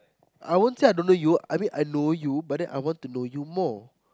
I won't say I don't know you I mean I know you but then I want to know you more